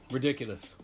Ridiculous